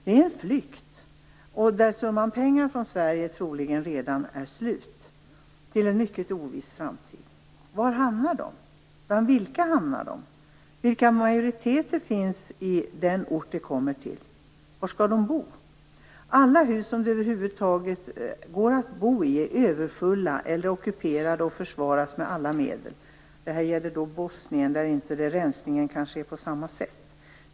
Det är en flykt, där den summa pengar de fått från Sverige troligen redan är slut, till en mycket oviss framtid. Var hamnar de? Bland vilka hamnar de? Vilka majoriteter finns på den ort de kommer till? Var skall de bo? Alla hus som det över huvud taget går att bo i är överfulla eller ockuperade och försvaras med alla medel. Det här gäller då Bosnien, där kanske inte rensningen skett på samma sätt.